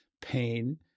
pain